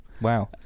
Wow